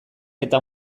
eta